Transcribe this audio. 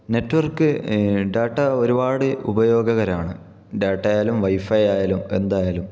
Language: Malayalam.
നെറ്റ് വർക്ക് ഡാറ്റ ഒരുപാട് ഉപയോഗകരമാണ് ഡാറ്റയായാലും വൈഫൈ ആയാലും എന്തായാലും